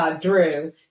drew